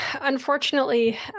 unfortunately